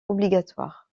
obligatoire